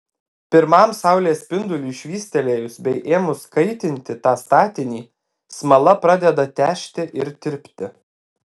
pirmam saulės spinduliui švystelėjus bei ėmus kaitinti tą statinį smala pradeda težti ir tirpti